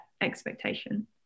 expectation